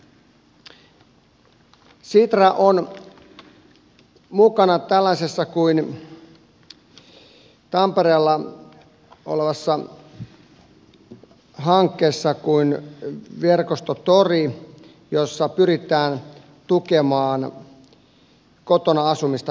sitra on mukana tällaisessa tampereella olevassa hankkeessa kuin verkostotori jossa pyritään tukemaan kotona asumista ikäihmisten kohdalla